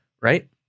right